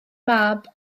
mab